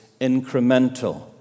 incremental